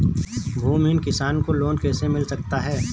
भूमिहीन किसान को लोन कैसे मिल सकता है?